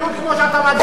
הוא עונה.